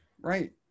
Right